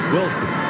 Wilson